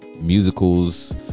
musicals